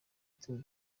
tour